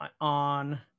on